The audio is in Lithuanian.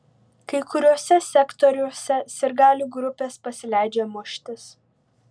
kai kuriuose sektoriuose sirgalių grupės pasileidžia muštis